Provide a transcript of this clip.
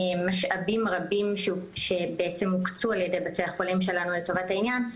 במשאבים רבים שהוקצו בבתי החולים שלנו לטובת העניין,